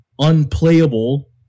unplayable